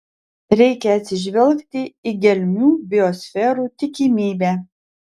reikia atsižvelgti į gelmių biosferų tikimybę